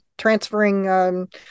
transferring